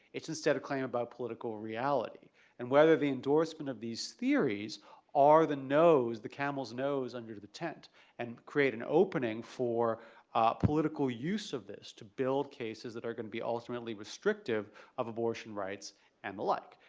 it's instead of claiming about political reality and whether the endorsement of these theories are the nose, the camels nose under the tent and create an opening for political use of this to build cases that are going to be ultimately restrictive of abortion rights and the like.